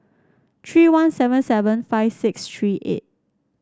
tree one seven seven five six tree eight